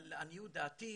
אבל לעניות דעתי,